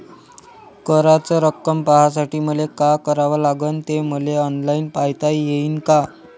कराच रक्कम पाहासाठी मले का करावं लागन, ते मले ऑनलाईन पायता येईन का?